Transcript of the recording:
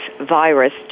virus